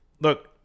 look